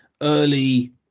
early